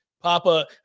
Papa